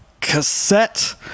cassette